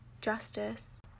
justice